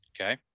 Okay